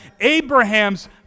Abraham's